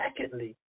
Secondly